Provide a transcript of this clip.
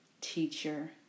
Teacher